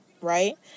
Right